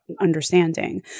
understanding